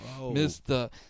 Mr